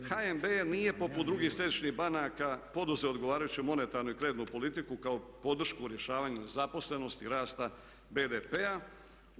HNB nije poput drugih središnjih banaka poduzeo odgovarajuću monetarnu i kreditnu politiku kao podršku rješavanju zaposlenosti i rasta BDP-a.